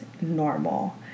normal